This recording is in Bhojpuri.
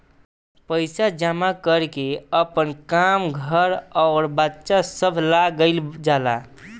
पइसा जमा कर के आपन काम, घर अउर बच्चा सभ ला कइल जाला